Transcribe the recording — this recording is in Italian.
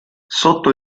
sotto